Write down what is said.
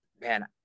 man